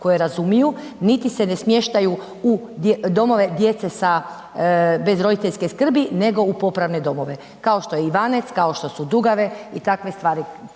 koje razumiju, nit se ne smještaju u domove djece bez roditeljske skrbi, nego u popravne domove, kao što je Ivanec, kao što su Dugave i takve stvari,